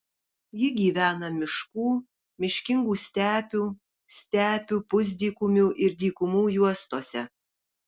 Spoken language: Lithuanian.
ji gyvena miškų miškingų stepių stepių pusdykumių ir dykumų juostose